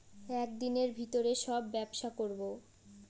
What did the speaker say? এক দিনের ভিতরে সব ব্যবসা করবো